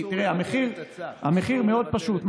המחיר מאוד פשוט.